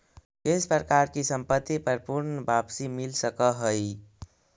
किस प्रकार की संपत्ति पर पूर्ण वापसी मिल सकअ हई